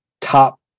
top